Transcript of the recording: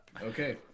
Okay